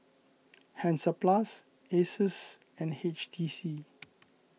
Hansaplast Asus and H T C